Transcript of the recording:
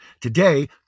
Today